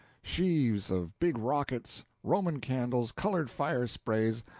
sheaves of big rockets, roman candles, colored fire sprays,